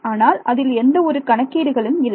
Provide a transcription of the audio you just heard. ஆனால் அதில் எந்த ஒரு கணக்கீடுகளும் இல்லை